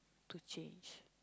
to change